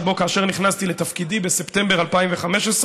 כאשר נכנסתי לתפקידי בספטמבר 2015,